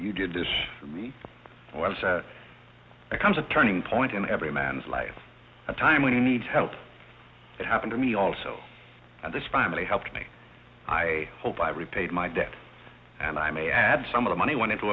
you did this for me becomes a turning point in every man's life a time when you need help it happen to me also and this family helped me i hope i repaid my debt and i may add some of the money went into